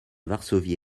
varsovie